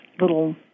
little